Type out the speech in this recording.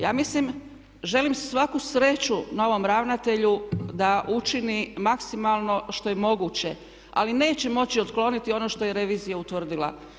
Ja mislim, želim svaku sreću novom ravnatelju da učini maksimalno što je moguće, ali neće moći otkloniti ono što je revizija utvrdila.